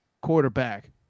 quarterback